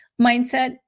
mindset